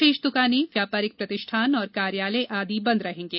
शेष दुकानें व्यापारिक प्रतिष्ठान और कार्यालय आदि बंद रहेंगे